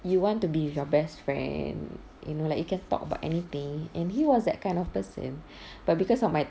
you want to be with your best friend you know like you can talk about anything and he was that kind of person but because of my